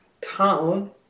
town